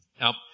Now